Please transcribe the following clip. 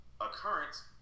occurrence